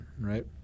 right